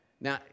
Now